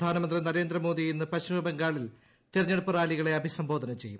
പ്രധാനമന്ത്രി നരേന്ദ്രമോദി ഇന്ന് പശ്ചിമബംഗാളിൽ തെരഞ്ഞെടുപ്പ് റാലികളെ അഭ്ദ്യസ്ംബോധന ചെയ്യും